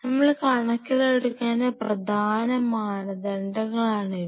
നമ്മൾ കണക്കിലെടുക്കേണ്ട പ്രധാന മാനദണ്ഡങ്ങളാണിവ